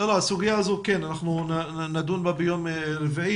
אנחנו נדון בסוגיה הזאת ביום רביעי.